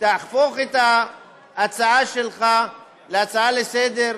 תהפוך את ההצעה שלך להצעה לסדר-היום,